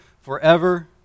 forever